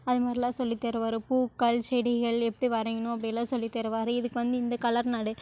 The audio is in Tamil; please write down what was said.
அது மாதிரிலாம் சொல்லித்தருவார் பூக்கள் செடிகள் எப்படி வரையணும் அப்படியெல்லாம் சொல்லித்தருவார் இதுக்கு வந்து இந்த கலர் நடை